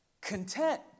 content